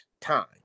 Time